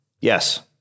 Yes